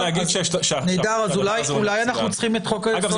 אז אולי אנחנו צריכים את חוק-היסוד